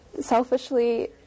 selfishly